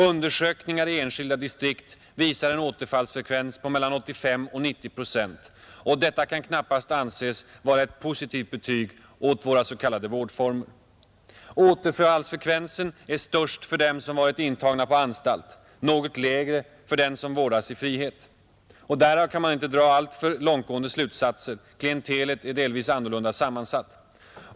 Undersökningar i enskilda distrikt visar en återfallsfrekvens på mellan 85 och 90 procent, och detta kan knappast anses vara ett positivt betyg åt våra s.k. vårdformer. Återfallsfrekvensen är störst för dem som varit intagna på anstalt — något lägre för dem som vårdats i frihet. Därav kan man inte dra alltför långtgående slutsatser — klientelet är delvis annorlunda sammansatt.